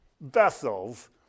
vessels